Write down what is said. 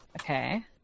Okay